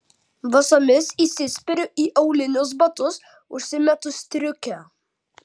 basomis įsispiriu į aulinius batus užsimetu striukę